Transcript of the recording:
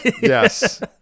yes